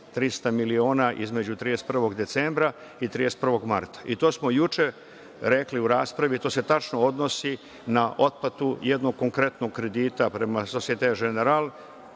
300 miliona između 31. decembra i 31. marta. To smo juče rekli u raspravi, to se tačno odnosi na otplatu jednog konkretnog kredita prema Societe Generale,